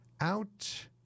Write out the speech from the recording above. Out